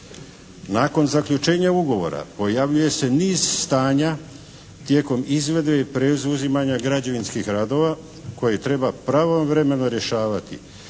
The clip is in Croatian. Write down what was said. Nakon zaključenja ugovora pojavljuje se niz stanja tijekom izvedbe i preuzimanja građevinskih radova koje treba pravovremeno rješavati